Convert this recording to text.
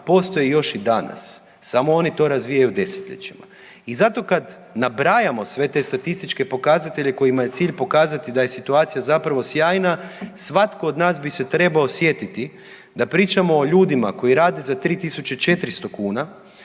postoji još i danas, samo oni to razvijaju desetljećima. I zato kad nabrajamo sve te statističke pokazatelje kojima je cilj pokazati da je situacija zapravo sjajna, svatko od nas bi se trebao sjetiti da pričamo o ljudima koji rade za 3400 kuna,